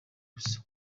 gusa